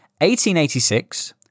1886